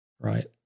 Right